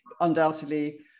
undoubtedly